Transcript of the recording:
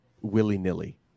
willy-nilly